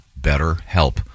BetterHelp